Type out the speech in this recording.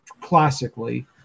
classically